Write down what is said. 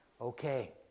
okay